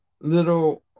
little